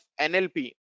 NLP